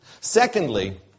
Secondly